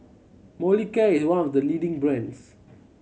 Molicare is one of the leading brands